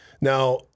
Now